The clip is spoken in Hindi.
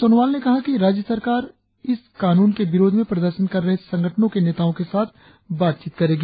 सोनोवाल ने कहा कि राज्य सरकार इस कानून के विरोध में प्रदर्शन कर रहे संगठनों के नेताओ के साथ बातचीत करेगी